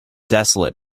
desolate